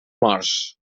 morts